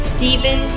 Stephen